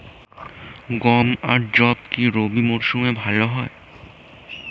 গম আর যব কি রবি মরশুমে ভালো হয়?